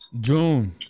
June